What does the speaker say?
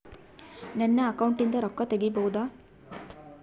ನನ್ನ ಅಕೌಂಟಿಂದ ರೊಕ್ಕ ತಗಿಬಹುದಾ?